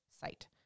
site